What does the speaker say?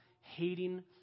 hating